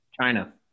china